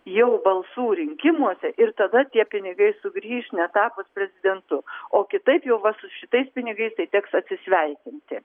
jau balsų rinkimuose ir tada tie pinigai sugrįš netapus prezidentu o kitaip jau va su šitais pinigais tai teks atsisveikinti